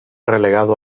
relegado